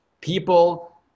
people